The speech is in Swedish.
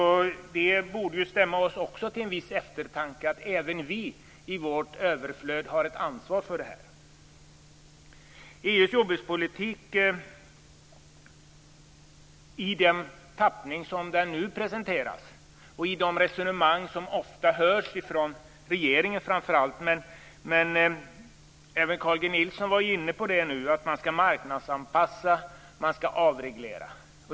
Det borde också stämma oss till en viss eftertanke att även vi med vårt överflöd har ett ansvar för det här. EU:s jordbrukspolitik i den tappning som den nu presenteras och de resonemang som ofta hörs från framför allt regeringen, och även Carl G Nilsson var inne på det, går ut på att man skall marknadsanpassa och avreglera.